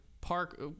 park